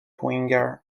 winger